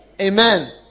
amen